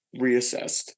reassessed